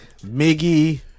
Miggy